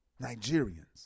Nigerians